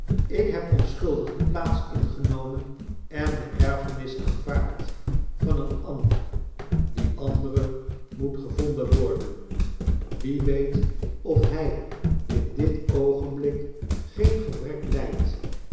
ik heb onschuldig de plaats ingenomen en de erfenis aanvaard van een ander die andere moet gevonden wordenl wie weet of hy inditoogenblik geen gebrek lydt